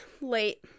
late